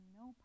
no